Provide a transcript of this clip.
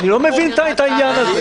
אני לא מבין את העניין הזה.